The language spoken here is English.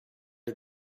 did